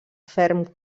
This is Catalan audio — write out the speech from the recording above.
ferm